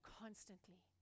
constantly